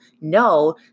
no